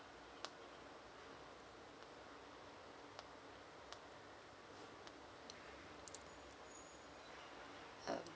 oh